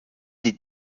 des